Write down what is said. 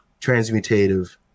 transmutative